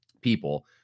people